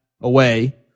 away